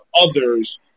others